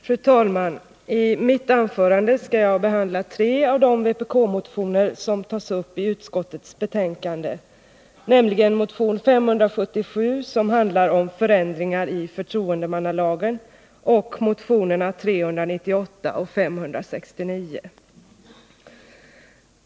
Fru talman! I mitt anförande skall jag behandla tre av de vpk-motioner som tas upp i utskottets betänkande, nämligen motion 577, som handlar om förändringar i förtroendemannalagen, och motionerna 398 och 569.